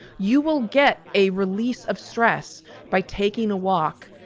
you will get a release of stress by taking a walk.